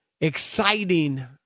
exciting